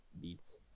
beats